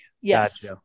Yes